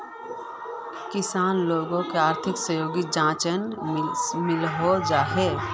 किसान लोगोक आर्थिक सहयोग चाँ नी मिलोहो जाहा?